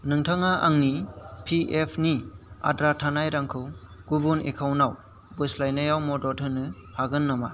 नोंथाङा आंनि P F नि आद्रा थानाय रांखौ गुबुन एकाउन्टआव बोस्लायनायाव मदद होनो हागोन नामा